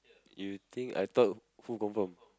you think I thought who confirm